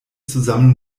zusammen